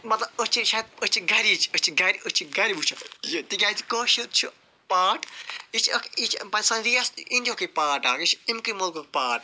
مطلب أسۍ چھِ شاید أسۍ چھِ گھرچۍ أسۍ چھِ گھرِ أسۍ چھِ گھرِ وُچھَن یہ تِکیٛازِ کٲشُر چھُ پارٹ یہِ چھُ اَکھ یہِ چھُ انڈیا ہکُے پارٹ اَکھ یہِ چھُ اَمہِ کُے ملکُک پارٹ